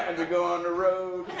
and to go on the road.